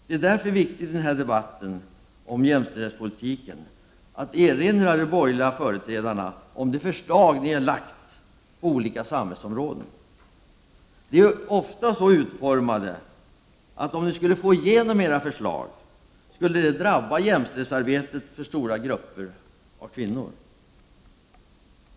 Det är därför viktigt i denna debatt om jämställdhetspolitiken att erinra de borgerliga företrädarna om de förslag de lagt på olika samhällsområden. De är ofta så utformade, att om ni skulle få igenom era förslag skulle de drabba jämställdhetsarbetet för stora grupper av kvinnor.